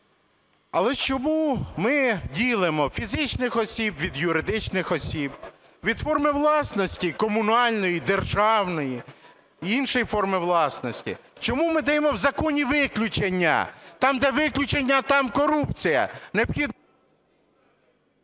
Але чому ми ділимо фізичних осіб від юридичних осіб, від форми власності: комунальної, державної і іншої форми власності? Чому ми даємо в законі виключення? Там, де виключення, там корупція…